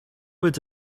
would